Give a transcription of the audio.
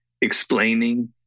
explaining